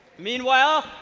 meanwhile,